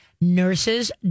nurses